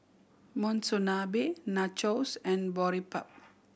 Monsunabe Nachos and Boribap